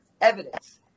evidence